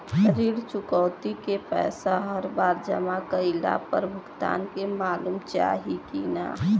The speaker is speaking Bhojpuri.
ऋण चुकौती के पैसा हर बार जमा कईला पर भुगतान के मालूम चाही की ना?